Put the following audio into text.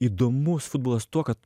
įdomus futbolas tuo kad